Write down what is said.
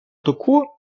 току